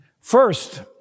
First